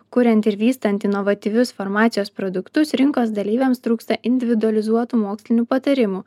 kuriant ir vystant inovatyvius farmacijos produktus rinkos dalyviams trūksta individualizuotų mokslinių patarimų